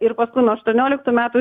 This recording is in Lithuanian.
ir paskui nuo aštuonioliktų metų